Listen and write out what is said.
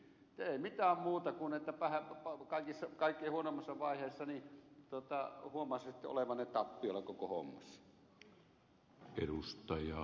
ei mitään muuta kuin että kaikkein huonoimmassa vaiheessa huomaisitte olevanne tappiolla koko hommassa